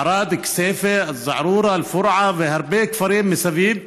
ערד, כסייפה, זערורה, אל-פורעה והרבה כפרים מסביב,